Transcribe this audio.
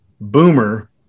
Boomer